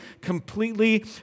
completely